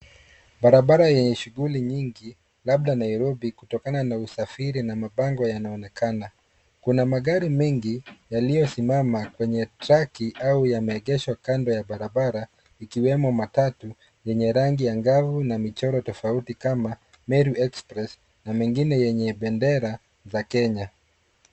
Barabara yenye shughuli nyingi, labda Nairobi, kutokana na usafiri na mabango yanaonekana. Kuna magari mengi yaliyosimama kwenye traki au yameegeshwa kando ya barabara ikiwemo matatu yenye rangi angavu na michoro tofauti kama Meru express na mengine yenye bendera za Kenya.